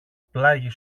πλάγι